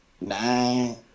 nine